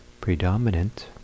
predominant